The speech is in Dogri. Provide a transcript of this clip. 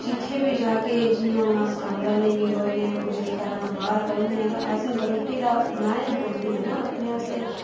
जित्थै बी जाह्गे जि'यां हून अस कमरा लेइयै रौंह्नें आं कुदे घरा बाह्र रौंह्नें आं असें तां रुट्टी तां बनानी पौंदी ऐ न अपने आस्तै